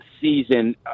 season